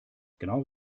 genau